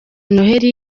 noheli